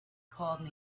called